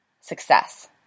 success